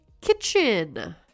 kitchen